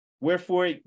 Wherefore